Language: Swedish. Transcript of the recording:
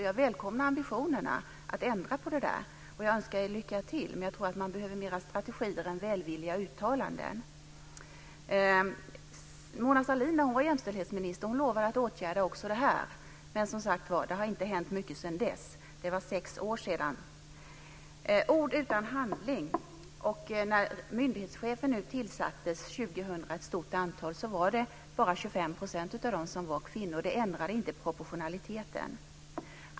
Jag välkomnar ambitionerna att ändra på detta. Jag önskar er lycka till, men det behövs fler strategier än välvilliga uttalanden. Mona Sahlin lovade när hon var jämställdhetsminister att också åtgärda detta. Men det har inte hänt mycket sedan dess. Det var sex år sedan. Det är ord utan handling. När nu ett stort antal myndighetschefer tillsattes under år 2000 var bara 25 % av dem kvinnor. Det ändrade inte proportionaliteten.